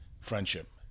friendship